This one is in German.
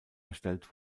erstellt